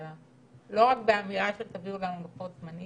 לא רק באמירה של "תביאו לנו לוחות-זמנים"